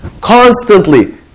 Constantly